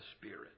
Spirit